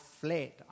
fled